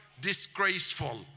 disgraceful